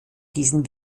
diesen